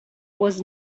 was